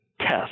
test